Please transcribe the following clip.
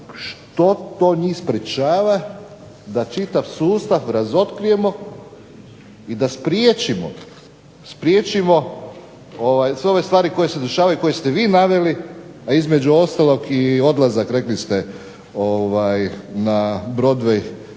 što to njih sprečava da čitav sustav razotkrijemo i da spriječimo, sve ove stvari koje se dešavaju, koje ste vi naveli, a između ostalog i odlazak rekli ste na Broadway